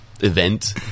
event